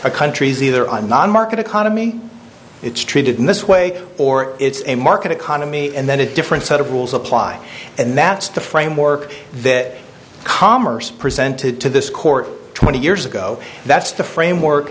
a country's either on non market economy it's treated in this way or it's a market economy and then a different set of rules apply and that's the framework that commerce presented to this court twenty years ago that's the framework